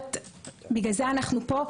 ובגלל זה אנחנו פה,